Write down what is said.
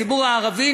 הציבור הערבי,